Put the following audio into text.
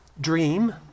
dream